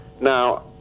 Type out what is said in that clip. now